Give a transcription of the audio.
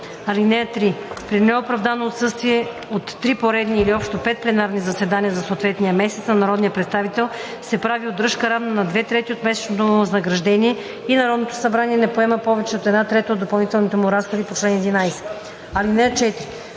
(3) При неоправдано отсъствие от три поредни или общо 5 пленарни заседания за съответния месец на народния представител се прави удръжка, равна на две трети от месечното му възнаграждение, и Народното събрание не поема повече от една трета от допълнителните му разходи по чл. 11. (4)